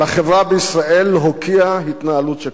על החברה בישראל להוקיע התנהלות שכזאת.